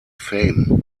fame